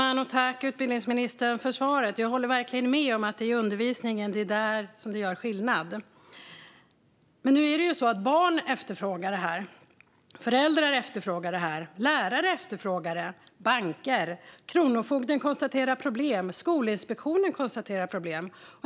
Fru talman! Tack, utbildningsministern, för svaret! Jag håller verkligen med om att det är undervisningen som gör skillnad. Men barn efterfrågar detta, liksom föräldrar, lärare och banker. Kronofogden konstaterar problem, liksom Skolinspektionen.